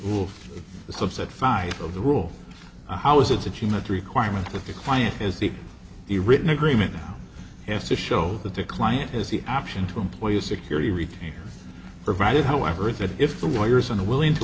the subset find of the rule how is it that you meant a requirement that the client is the the written agreement has to show that the client has the option to employ a security retainer provided however if it if the lawyers and willing to